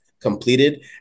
completed